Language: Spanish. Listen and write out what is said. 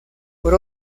por